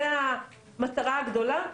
זאת המטרה הגדולה.